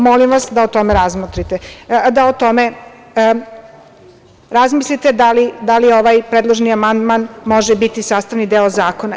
Molim vas da o tome razmislite da li ovaj predloženi amandman može biti sastavni deo zakona.